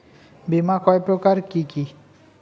বীমা কয় প্রকার কি কি?